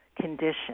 condition